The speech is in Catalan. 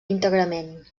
íntegrament